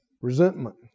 resentment